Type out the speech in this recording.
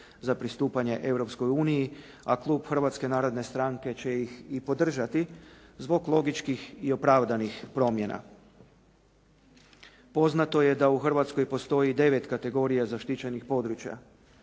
za pristupanje Europskoj uniji, a klub Hrvatske narodne stranke će ih i podržati zbog logičkih i opravdanih promjena. Poznato je da u Hrvatskoj postoji 9 kategorija zaštićenih područja.